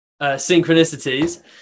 synchronicities